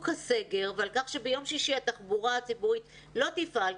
הסגר ועל כך ש"ביום שישי התחבורה הציבורית לא תפעל,